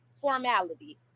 formality